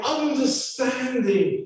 understanding